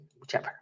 whichever